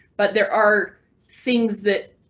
but there are things that.